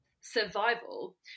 survival